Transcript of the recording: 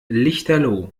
lichterloh